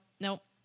nope